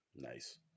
Nice